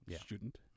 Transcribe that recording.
student